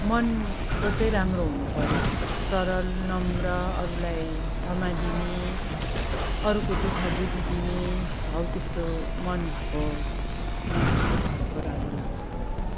मनको चाहिँ राम्रो हुनु पर्यो सरल नम्र अरूलाई छमा दिने अरूको दुखः बुझिदिने हौ त्यस्तो मन भएको मान्छे चाहिँ भएको राम्रो लाग्छ